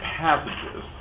passages